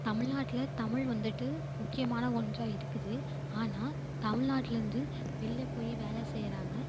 தமில்நாட்டில் தமிழ் வந்துட்டு முக்கியமான ஒன்றாக இருக்குது ஆனால் தமில்நாட்டிலேந்து வெளியில் போய் வேலை செய்கிறாங்க